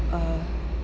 uh